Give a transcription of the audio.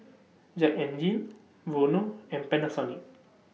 Jack N Jill Vono and Panasonic